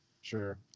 Sure